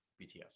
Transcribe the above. BTS